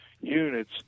units